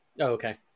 Okay